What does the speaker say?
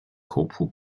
corporal